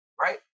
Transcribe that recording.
Right